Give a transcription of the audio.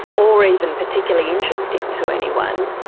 or even particularly interesting to anyone.